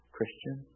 Christian